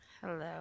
Hello